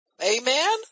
Amen